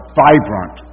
vibrant